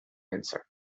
answer